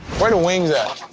where the wings at?